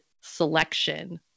selection